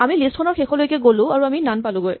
আমি লিষ্ট খনৰ শেষলৈকে গ'লো আৰু আমি নন পালোগৈ